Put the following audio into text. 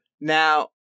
Now